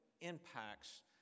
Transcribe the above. impacts